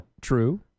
True